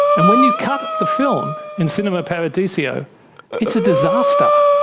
and when you cut the film in cinema paradiso it's a disaster,